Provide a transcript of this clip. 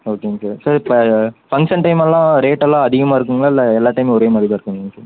ஓகேங்க sir sir இப்போ function டைமெலாம் ரேட்டெல்லாம் அதிகமாக இருக்குங்களா இல்லை எல்லா டைமும் ஒரே மாதிரி தான் இருக்குதுங்களா சார்